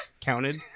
counted